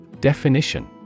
Definition